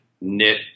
knit